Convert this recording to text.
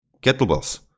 kettlebells